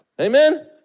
Amen